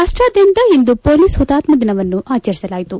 ರಾಷ್ಟಾದ್ಧಂತ ಇಂದು ಪೊಲೀಸ್ ಹುತಾತ್ನ ದಿನವನ್ನು ಆಚರಿಸಲಾಯಿತು